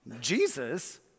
Jesus